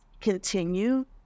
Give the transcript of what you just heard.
continue